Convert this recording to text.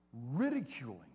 Ridiculing